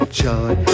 joy